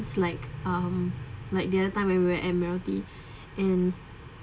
it's like um like the other time when we're at M_L_T and